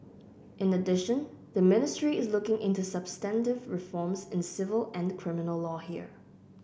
in addition the ministry is looking into substantive reforms in civil and criminal law here